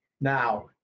Now